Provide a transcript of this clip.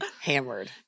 hammered